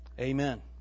amen